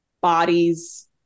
bodies